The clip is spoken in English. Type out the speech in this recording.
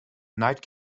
night